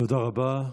תודה רבה.